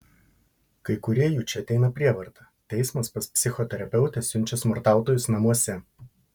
kai kurie jų čia ateina prievarta teismas pas psichoterapeutę siunčia smurtautojus namuose